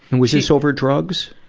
and was this over drugs?